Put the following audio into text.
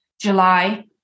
July